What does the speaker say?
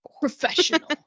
Professional